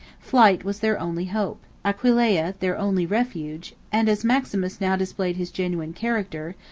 flight was their only hope, aquileia their only refuge and as maximus now displayed his genuine character,